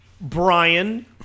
Brian